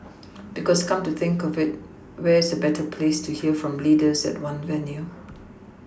because come to think of it where's a better place to hear from leaders at one venue